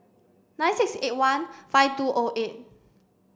nine six eight one five two O eight